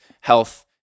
health